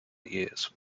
years